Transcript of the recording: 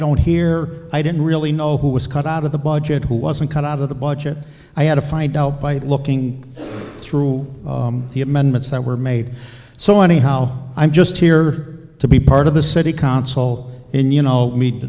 don't hear i don't really know who was cut out of the budget who wasn't cut out of the budget i had to find out by looking through the amendments that were made so anyhow i'm just here to be part of the city council and you know